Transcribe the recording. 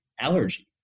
allergy